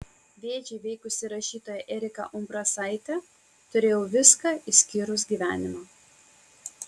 vėžį įveikusi rašytoja erika umbrasaitė turėjau viską išskyrus gyvenimą